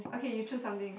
okay you choose something